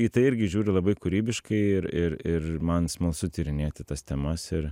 į tai irgi žiūriu labai kūrybiškai ir ir ir man smalsu tyrinėti tas temas ir